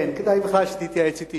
כן, כדאי בכלל שתתייעץ אתי